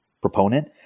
proponent